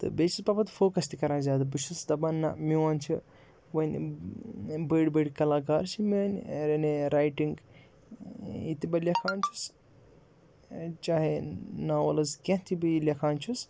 تہٕ بیٚیہِ بہٕ پَتہٕ فوکَس تہِ کَران زیادٕ بہٕ چھُس دَپان نہ میون چھِ وۄنۍ بٔڑۍ بٔڑۍ کلاکار چھِ میٛانہِ یعنی رایٹِنٛگ یہِ تہِ بہٕ لیکھان چھُس چاہے ناوٕلٕز کینٛہہ تہِ بہٕ یہِ لیکھان چھُس